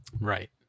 Right